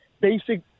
basic